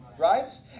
Right